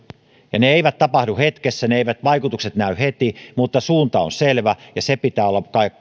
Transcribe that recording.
ne eivät tapahdu hetkessä niiden vaikutukset eivät näy heti mutta suunta on selvä ja se pitää olla